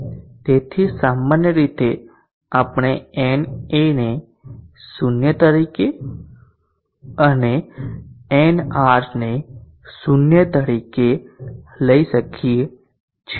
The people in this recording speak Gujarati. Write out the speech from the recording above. તેથી સામાન્ય રીતે આપણે na ને 0 તરીકે અને nr ને 0 તરીકે લઈએ છીએ